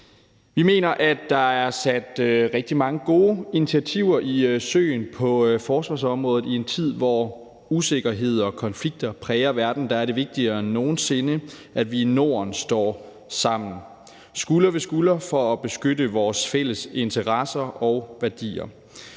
Vi mener, at der er sat rigtig mange gode initiativer i søen på forsvarsområdet. I en tid, hvor usikkerhed og konflikter præger verden, er det vigtigere end nogen sinde, at vi i Norden står sammen skulder ved skulder for at beskytte vores fælles interesser og værdier.